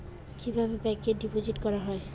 কিভাবে ব্যাংকে ডিপোজিট করা হয়?